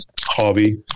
hobby